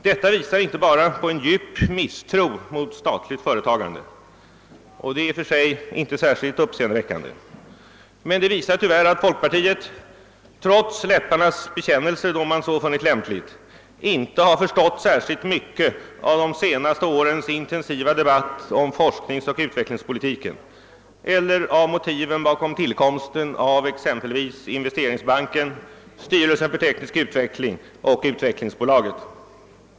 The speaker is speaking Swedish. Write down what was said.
Detta visar inte bara på en djup misstro mot statligt företagande — vilket i och för sig inte är särskilt uppseendeväckande. Men det visar tyvärr att folkpartiet, trots läpparnas bekännelser då man funnit det lämpligt, inte har förstått särskilt mycket av de senaste årens intensiva debatt om forskningsoch utvecklingspolitiken eller av motiven bakom tillkomsten av exempelvis Investeringsbanken, styrelsen för teknisk utveckling och utvecklingsbolaget.